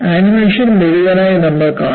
animation മുഴുവനായി നമ്മൾ കാണും